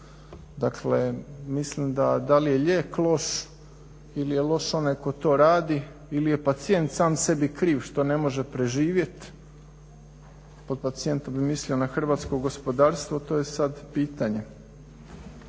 Dakle, mislim da li je lijek loš ili je loš onaj koji to radi ili je pacijent sam sebi kriv što ne može preživjeti, pod pacijentom bih mislio na hrvatsko gospodarstvo to je sada pitanje.